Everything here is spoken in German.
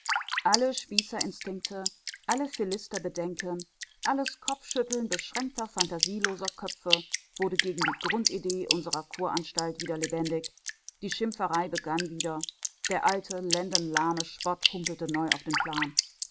alle spießerinstinkte alle philisterbedenken alles kopfschütteln beschränkter phantasieloser köpfe wurde gegen die grundidee unserer kuranstalt wieder lebendig die schimpferei begann wieder der alte lendenlahme spott humpelte neu auf den plan